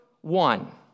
one